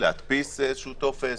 להנפיק איזה שהוא טופס,